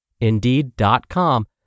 Indeed.com